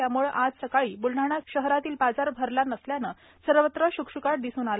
त्यामुळे आज सकाळी बुलडाणा शहरातील बाजार भरला नसल्याने सर्वत्र श्कशकाट दिसून आला